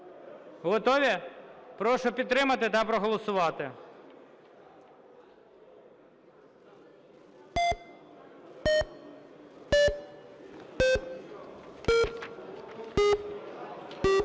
Готові? Прошу підтримати та проголосувати.